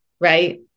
right